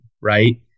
right